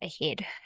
ahead